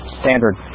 standard